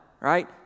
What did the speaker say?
right